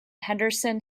henderson